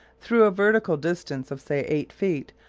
through a vertical distance of say eight feet,